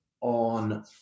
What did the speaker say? on